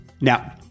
Now